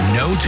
no